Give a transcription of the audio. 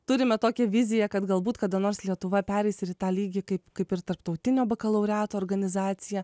turime tokią viziją kad galbūt kada nors lietuva pereis ir į tą lygį kaip kaip ir tarptautinio bakalaureato organizacija